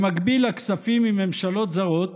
במקביל לכספים מממשלות זרות,